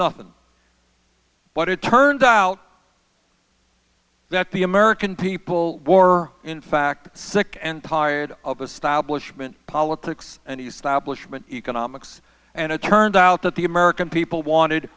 nothing but it turned out that the american people or in fact sick and tired of establishment politics and establishment economics and it turned out that the american people wanted